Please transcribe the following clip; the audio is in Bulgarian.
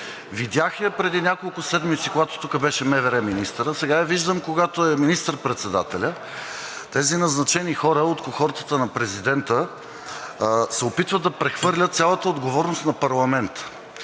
Видях я преди няколко седмици, когато тук беше МВР министърът, сега я виждам, когато е министър-председателят. Тези назначени хора от кохортата на президента се опитват да прехвърлят цялата отговорност на парламента.